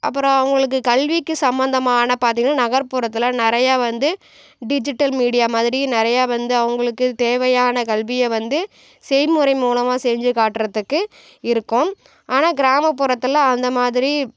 அப்புறம் அவங்களுக்கு கல்விக்கு சம்மந்தமான பார்த்திங்கன்னா நகர்புறத்தில் நிறையா வந்து டிஜிட்டல் மீடியா மாதிரி நிறையா வந்து அவங்களுக்கு தேவையான கல்வியை வந்து செய்முறை மூலிமா செஞ்சு காட்டுறத்துக்கு இருக்கும் ஆனால் கிராமப்புறத்தில் அந்தமாதிரி